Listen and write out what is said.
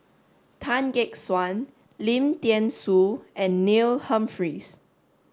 Tan Gek Suan Lim Thean Soo and Neil Humphreys